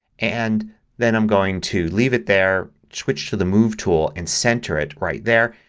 and then i'm going to leave it there. switch to the move tool and center it right there.